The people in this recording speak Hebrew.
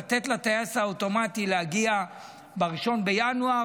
לתת לטייס האוטומטי להגיע ל-1 בינואר,